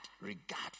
regard